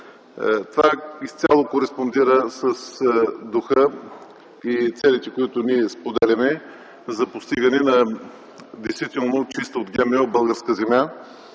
Това изцяло кореспондира с духа и целите, които ние споделяме, за постигане на действително чисто ГМО на българска земя,